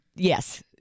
Yes